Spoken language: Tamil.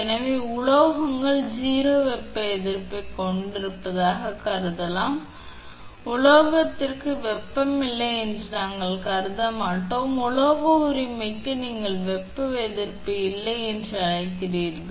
எனவே உலோகங்கள் 0 வெப்ப எதிர்ப்பைக் கொண்டிருப்பதாகக் கருதலாம் உலோகத்திற்கு வெப்பம் இல்லை என்று நாங்கள் கருத மாட்டோம் உலோக உரிமைக்கு நீங்கள் வெப்ப எதிர்ப்பு இல்லை என்று அழைக்கிறீர்கள்